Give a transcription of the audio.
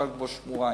אפשר לגמור בשבועיים.